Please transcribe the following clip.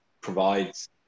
provides